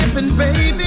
Baby